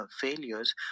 failures